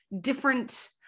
different